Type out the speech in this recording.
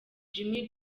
jimmy